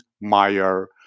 Meyer